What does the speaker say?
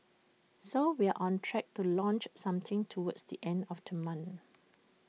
so we are on track to launch sometime towards the end of the month